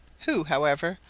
who, however,